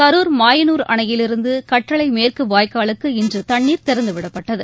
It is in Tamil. கரூர் மாயனூர் அணையிலிருந்து கட்டளை மேற்கு வாய்க்காலுக்கு இன்று தண்ணீர் திறந்துவிடப்பட்டது